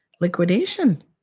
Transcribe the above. liquidation